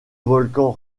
volcan